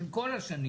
של כל השנים,